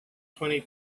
twenty